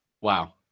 wow